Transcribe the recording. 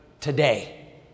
today